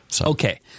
Okay